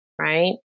right